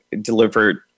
delivered